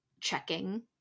checking